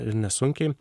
ir nesunkiai